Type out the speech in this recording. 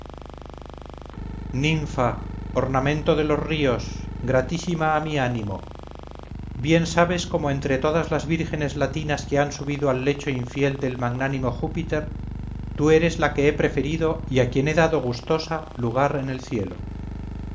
virginidad ninfa ornamento de los ríos gratísima a mi ánimo bien sabes cómo entre todas las vírgenes latinas que han subido al lecho infiel del magnánimo júpiter tú eres la que he preferido y a quien he dado gustosa un lugar en el cielo